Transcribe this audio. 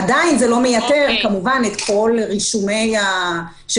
עדיין זה לא מייתר כמובן את כל רישומי שירותי